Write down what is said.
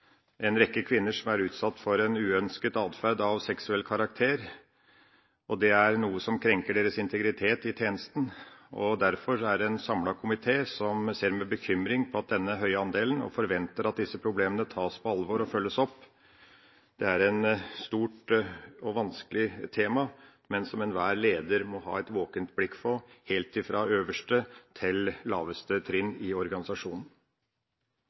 en rekke kvinner som er utsatt for en uønsket atferd av seksuell karakter. Dette er noe som krenker deres integritet i tjenesten. Derfor ser en samlet komité med bekymring på denne høye andelen og forventer at disse problemene tas på alvor og følges opp. Det er et stort og vanskelig tema som enhver leder må ha et våkent blikk på – helt fra øverste til laveste trinn i organisasjonen.